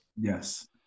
Yes